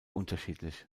unterschiedlich